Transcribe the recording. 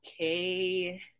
okay